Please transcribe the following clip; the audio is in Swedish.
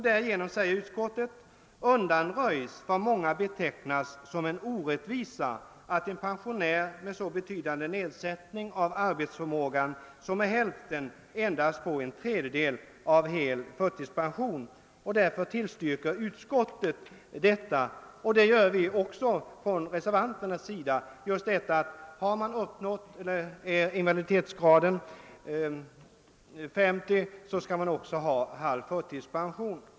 »Därigenom», säger utskottet, »undanröjs vad många betecknat som en orättvisa att en pensionär med så betydande nedsättning av arbetsförmågan som med hälften endast får en trejdedel av hel förtidspension.» Utskottsmajoriteten tillstyrker alltså detta förslag, och det gör även reservanterna. Har man invaliditetsgraden 50 procent, så skall man alltså ha halv förtidspension.